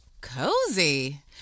Cozy